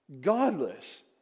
Godless